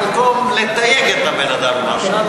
במקום לתייג את הבן-אדם עם הרשעה.